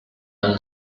all